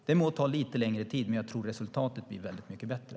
Det må ta lite längre tid, men jag tror att resultatet blir väldigt mycket bättre.